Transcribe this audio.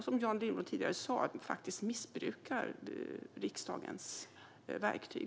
Som Jan Lindholm tidigare sa missbrukar ni faktiskt riksdagens verktyg.